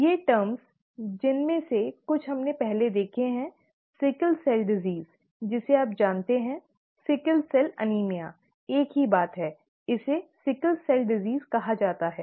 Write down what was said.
ये टर्म जिनमें से कुछ हमने पहले देखें हैं सिकल सेल रोग जिसे आप जानते हैं सिकल सेल एनीमिया एक ही बात है इसे सिकल सेल रोग कहा जाता है